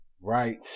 Right